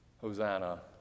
Hosanna